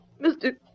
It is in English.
Mr